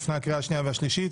לפני הקריאה השנייה והשלישית.